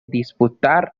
disputar